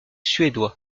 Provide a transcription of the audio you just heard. suédois